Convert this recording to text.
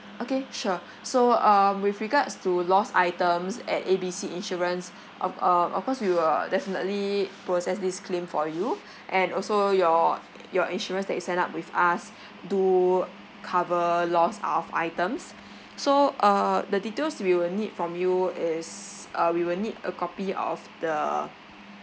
okay sure so um with regards to lost items at A B C insurance um um of course we will definitely process this claim for you and also your your insurance that you sign up with us do cover loss of items so uh the details we will need from you is uh we will need a copy of the